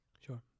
Sure